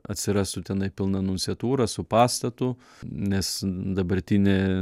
atsirastų tenai pilna nunciatūra su pastatu nes dabartinė